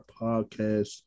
podcast